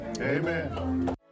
Amen